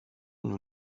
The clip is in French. nous